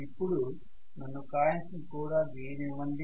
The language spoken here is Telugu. ఇప్పుడు నన్ను కాయిల్స్ ని కూడా గీయనివ్వండి